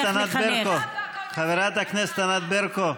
חברת הכנסת ענת ברקו, חברת הכנסת ענת ברקו,